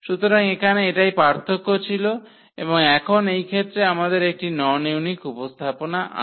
সুতরাং এখানে এটাই পার্থক্য ছিল এবং এখন এই ক্ষেত্রে আমাদের একটি নন ইউনিক উপস্থাপনা আছে